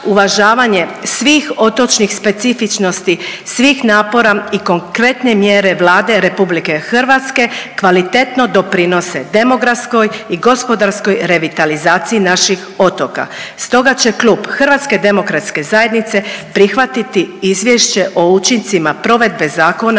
uvažavanje svih otočnih specifičnosti, svih napora i konkretne mjere Vlade RH kvalitetno doprinose demografskoj i gospodarskoj revitalizaciji naših otoka. Stoga će klub HDZ-a prihvatiti Izvješće o učincima provedbe Zakona